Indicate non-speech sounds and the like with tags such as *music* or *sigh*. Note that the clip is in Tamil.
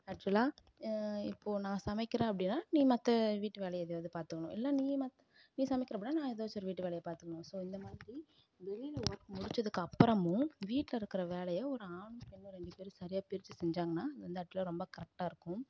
ஆக்ஷுவலா இப்போது நான் சமைக்கிறேன் அப்படின்னா நீ மற்ற வீட்டு வேலையை எதையாவுது பார்த்துக்கணும் இல்லை நீயும் மத் நீ சமைக்கிறே அப்படின்னா நான் ஏதாச்சும் ஒரு வீட்டு வேலையை பார்த்துக்கணும் ஸோ இந்த மாதிரி வெளியில் ஒர்க் முடித்ததுக்கப்பறமும் வீட்டில் இருக்கிற வேலையை ஒரு ஆணும் பெண்ணும் ரெண்டு பேரும் சரியாக பிரிச்சு செஞ்சாங்கனா *unintelligible* ரொம்ப கரெக்டாக இருக்கும்